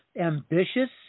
ambitious